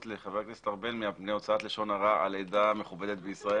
לחבר הכנסת ארבל מהוצאת לשון הרע על עדה מכובדת בישראל.